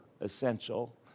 essential